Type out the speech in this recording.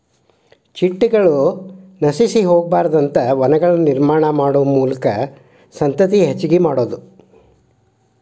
ಚಿಟ್ಟಗಳು ನಶಿಸಿ ಹೊಗಬಾರದಂತ ವನಗಳನ್ನ ನಿರ್ಮಾಣಾ ಮಾಡು ಮೂಲಕಾ ಸಂತತಿ ಹೆಚಗಿ ಮಾಡುದು